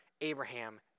Abraham